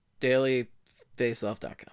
DailyFaceLove.com